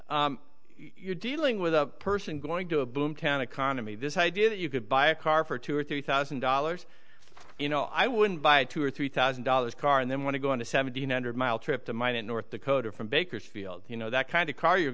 but you're dealing with a person going to a boom town economy this idea that you could buy a car for two or three thousand dollars you know i wouldn't buy a two or three thousand dollars car and then want to go on a seventeen hundred mile trip to mine in north dakota from bakersfield you know that kind of car you're